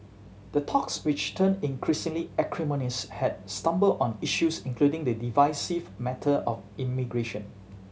the talks which turned increasingly acrimonious had stumbled on issues including the divisive matter of immigration